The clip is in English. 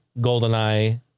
GoldenEye